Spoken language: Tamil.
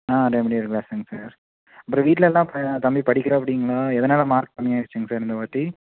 ஆ ரெமடியல் கிளாஸ் தாங்க சார் அப்புறம் வீட்ல எல்லாம் பா தம்பி படிக்கிறப்படிங்களா எதனால் மார்க் கம்மியாயிடுச்சிங்க சார் இந்தவாட்டி